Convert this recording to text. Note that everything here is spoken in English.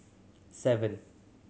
seven